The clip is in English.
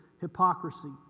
hypocrisy